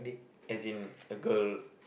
as in the girl